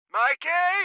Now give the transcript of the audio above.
mikey